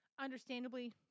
Understandably